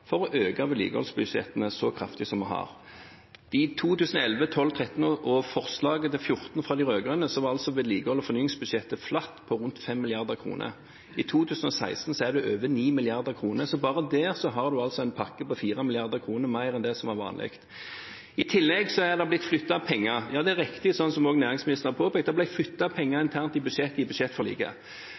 for, å øke vedlikeholdsbudsjettene så kraftig som vi har. I 2011, 2012, 2013 og i forslaget til 2014 fra de rød-grønne var vedlikeholds- og fornyingsbudsjettet flatt på rundt 5 mrd. kr. I 2016 er det på over 9 mrd. kr. Så bare der har du altså en pakke på 4 mrd. kr mer enn det som var vanlig. I tillegg har det blitt flyttet penger. Det er riktig, sånn som også næringsministeren påpekte, at det ble flyttet penger internt i budsjettet i budsjettforliket.